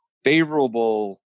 favorable